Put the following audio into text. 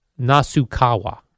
Nasukawa